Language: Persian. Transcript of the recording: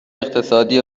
اقتصادی